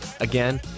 Again